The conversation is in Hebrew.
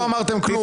לא אמרתם כלום.